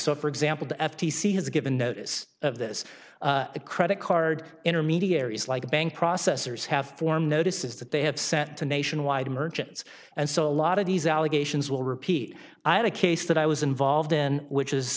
so for example the f t c has given notice of this the credit card intermediaries like bank processors have form notices that they have sent to nationwide merchants and so a lot of these allegations will repeat i had a case that i was involved in which is